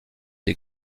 des